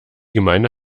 gemeinde